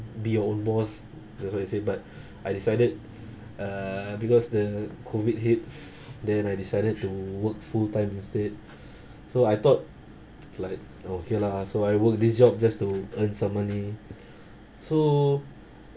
be your own boss that's what they say but I decided uh because the COVID hits then I decided to work full time instead so I thought it's like okay lah so I work this job just to earn some money so